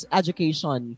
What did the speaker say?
education